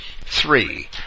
Three